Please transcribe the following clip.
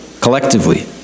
collectively